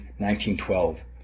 1912